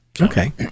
Okay